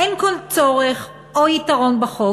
אין כל צורך או יתרון בחוק.